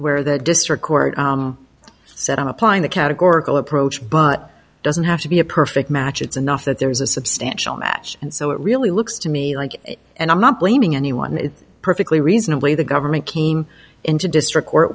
where the district court said i'm applying the categorical approach but doesn't have to be a perfect match it's enough that there is a substantial match and so it really looks to me like and i'm not blaming anyone it's perfectly reasonably the government came into district court